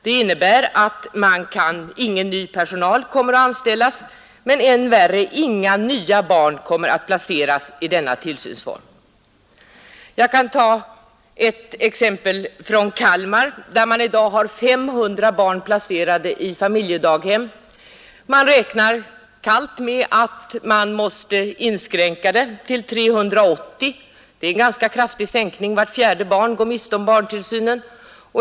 Det innebär naturligtvis att ingen ny personal kommer att anställas, men det innebär också och än värre att inga nya barn kommer att placeras i denna tillsynsform. Jag kan ta ett exempel från Kalmar, där man i dag har 500 barn placerade i familjedaghem. Man räknar där kallt med att man måste inskränka antalet till 380. Det är en ganska kraftig sänkning — vart fjärde barn går miste om barntillsynen.